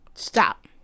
Stop